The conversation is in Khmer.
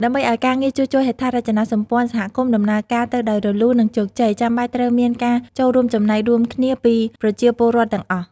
ដើម្បីឲ្យការងារជួសជុលហេដ្ឋារចនាសម្ព័ន្ធសហគមន៍ដំណើរការទៅដោយរលូន និងជោគជ័យ ចាំបាច់ត្រូវមានការចូលរួមចំណែករួមគ្នាពីប្រជាពលរដ្ឋទាំងអស់។